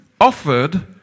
offered